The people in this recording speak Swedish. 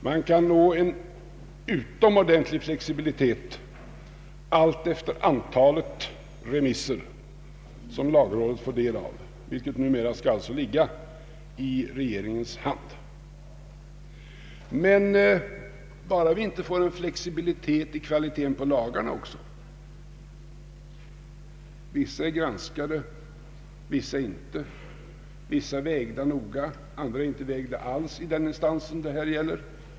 Man kan nå en utomordentlig flexibilitet alltefter antalet remisser som lagrådet får del av, vilket hädanefter alltså skulle ligga i regeringens hand. Men bara vi inte får en flexibilitet i kvaliteten på lagarna också — så att vissa är granskade, vissa inte, vissa är vägda noga och andra inte vägda alls i den instans det här gäller.